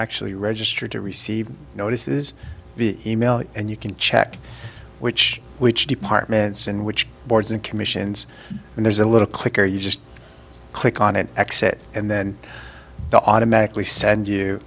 actually register to receive notices email and you can check which which departments and which boards and commissions and there's a little clicker you just click on an exit and then to automatically send you